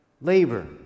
labor